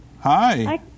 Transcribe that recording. Hi